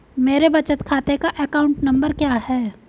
मेरे बचत खाते का अकाउंट नंबर क्या है?